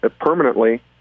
permanently